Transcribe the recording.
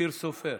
אופיר סופר.